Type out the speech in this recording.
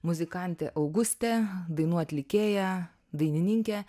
muzikantė augustė dainų atlikėja dainininkė